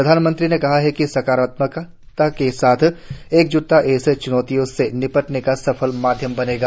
प्रधानमंत्री ने कहा कि सकारात्मकता के साथ एकज्टता इस च्नौती से निपटने में सफल माध्यम बनेगी